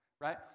right